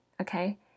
okay